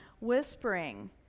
whispering